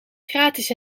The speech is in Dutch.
gratis